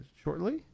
shortly